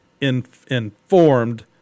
Informed